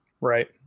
right